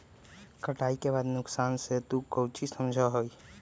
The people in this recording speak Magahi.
कटाई के बाद के नुकसान से तू काउची समझा ही?